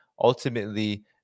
ultimately